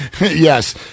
Yes